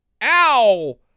ow